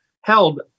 held